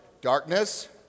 darkness